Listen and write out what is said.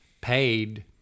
paid